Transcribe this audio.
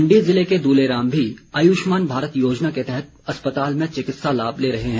मंडी जिले के दूले राम भी आयुष्मान भारत योजना के तहत अस्पताल में चिकित्सा लाभ ले रहे हैं